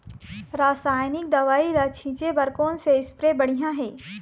रासायनिक दवई ला छिचे बर कोन से स्प्रे बढ़िया हे?